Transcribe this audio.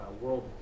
world